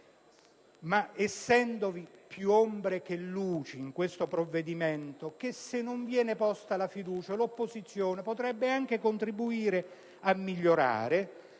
essendovi più ombre che luci in questo provvedimento (che se non fosse stata posta la fiducia l'opposizione avrebbe potuto contribuire a migliorare)